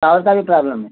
और सारी प्राब्लम है